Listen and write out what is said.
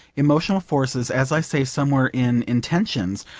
emotional forces, as i say somewhere in intentions,